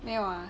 没有啊